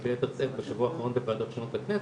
וביתר שאת בשבוע האחרון בוועדות השונות בכנסת,